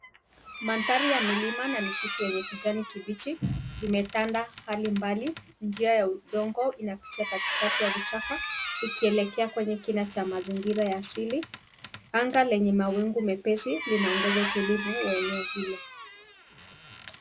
Mandari ya milima na misitu yenye kijani kibichi imetanda hali mbali. Njia ya udongo inapitia katikati ya vichaka ikielekea kwenya kina cha mazingira ya asili. Anga lenye mawingu mepesi linaongeza utulivu wa eneo hilo.